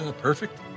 Perfect